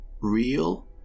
real